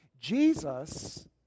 Jesus